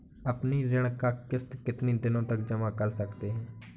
अपनी ऋण का किश्त कितनी दिनों तक जमा कर सकते हैं?